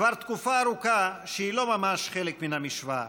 כבר תקופה ארוכה שהיא לא ממש חלק מהמשוואה.